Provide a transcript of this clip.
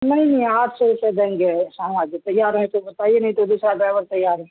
نہیں نہیں آٹھ سو روپیہ دیں گے شاہ نواز جی تیار ہیں تو بتائیے نہیں تو دوسرا ڈرائیور تیار ہے